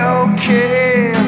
okay